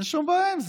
אין שום בעיה עם זה.